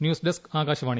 news desk Akashvani